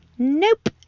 Nope